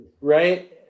Right